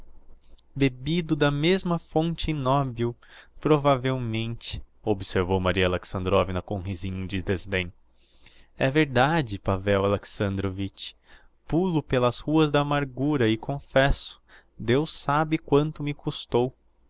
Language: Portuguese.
bebido da mesma fonte ignobil provavelmente observou maria alexandrovna com risinho de desdem é verdade pavel alexandrovitch púl o pelas ruas da amargura e confesso deus sabe quanto me custou